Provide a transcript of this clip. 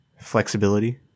flexibility